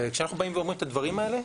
וכשאנחנו באים ואומרים את הדברים האלה,